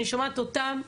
אני שומעת אותם,